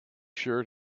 shirt